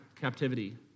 captivity